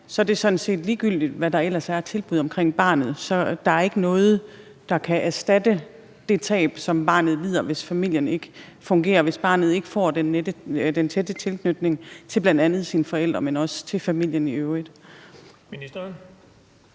sådan set ligegyldigt, hvad der ellers er af tilbud omkring barnet. For så er der ikke noget, der kan erstatte det tab, som barnet lider, hvis familien ikke fungerer; hvis barnet ikke får den tætte tilknytning til bl.a. sine forældre, men også til familien i øvrigt. Kl.